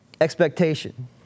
expectation